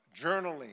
journaling